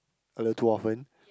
a little too often